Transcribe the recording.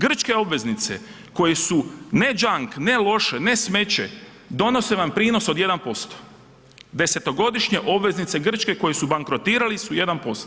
Grčke obveznice koje su ne junk, ne loše, ne smeće donose vam prinos od 1%, desetogodišnje obveznice Grčke koje su bankrotirali su 1%